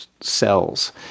cells